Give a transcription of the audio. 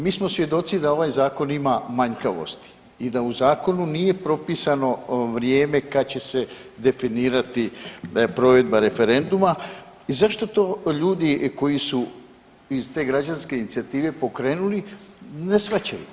Mi smo svjedoci da ovaj zakon ima manjkavosti i da u zakonu nije propisano vrijeme kad će se definirati provedba referenduma i zašto to ljudi koji su iz te građanske inicijative pokrenuli ne shvaćaju.